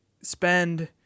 spend